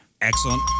Excellent